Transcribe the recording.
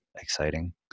exciting